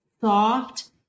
soft